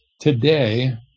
today